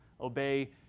obey